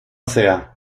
sea